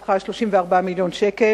במכתבך הוא 34 מיליון שקל,